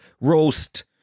roast